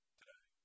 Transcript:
today